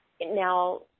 now